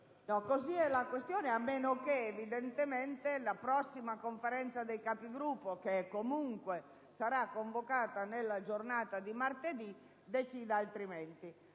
della questione, a meno che, evidentemente, la prossima Conferenza dei Capigruppo, che comunque sarà convocata nella giornata di martedì, decida oltremodo.